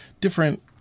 different